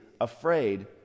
afraid